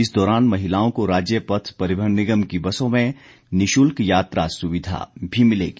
इस दौरान महिलाओं को राज्य पथ परिवहन निगम की बसों में निशुल्क यात्रा सुविधा भी मिलेगी